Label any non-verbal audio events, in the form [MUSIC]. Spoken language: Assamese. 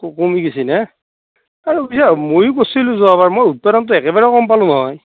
[UNINTELLIGIBLE] কমি গৈছে না আৰু পিছে ময়ো কৰিছিলোঁ যোৱাবাৰ মই উৎপাদনটো একেবাৰে কম পালোঁ নহয়